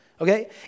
okay